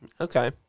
Okay